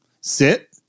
Sit